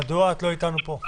למה מדוע את לא איתנו פה?